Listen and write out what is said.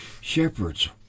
Shepherds